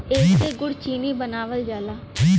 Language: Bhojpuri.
एसे गुड़ चीनी बनावल जाला